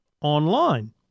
online